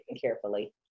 carefully